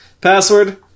Password